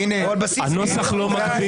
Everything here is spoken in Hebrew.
הנוסח לא מגדיר